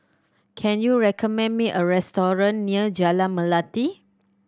can you recommend me a restaurant near Jalan Melati